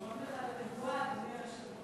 אדוני היושב-ראש.